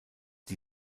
die